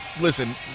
listen